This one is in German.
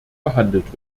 behandelt